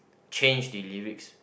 change the lyrics